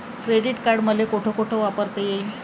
Credit card मले कोठ कोठ वापरता येईन?